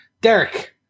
Derek